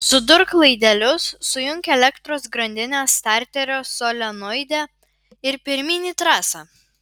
sudurk laidelius sujunk elektros grandinę starterio solenoide ir pirmyn į trasą